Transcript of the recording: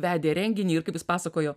vedė renginį ir kaip jis pasakojo